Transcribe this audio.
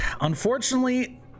unfortunately